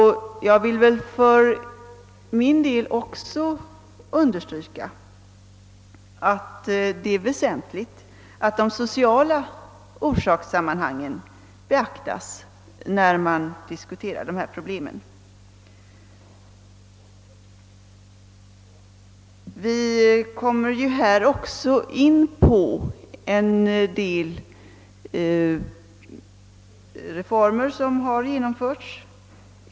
För min del vill jag också understryka att det är väsentligt att de sociala orsakssammanhangen beaktas när man diskuterar dessa problem. Vi kommer här också in på en del reformer som genomförts.